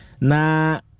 Na